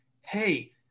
hey